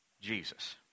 Jesus